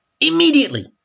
immediately